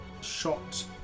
shot